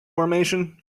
formation